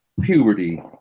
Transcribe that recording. puberty